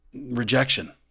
Rejection